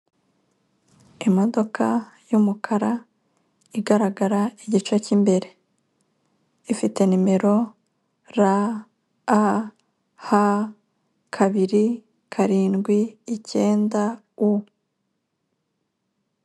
Imodoka y’umukara igaragara igice cy’imbere, ifite numero rah kabiri, karindwi, icyenda u.